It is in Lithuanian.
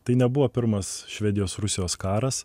tai nebuvo pirmas švedijos rusijos karas